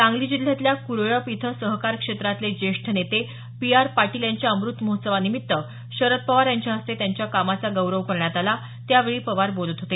सांगली जिल्ह्यातल्या कुरळप इथं सहकार क्षेत्रातले जेष्ठ नेते पी आर पाटील यांच्या अम्रतमहोत्सवा निमित्त शरद पवार यांच्या हस्ते त्यांच्या कामाचा गौरव करण्यात आला त्यावेळी पवार बोलत होते